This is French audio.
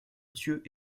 thieux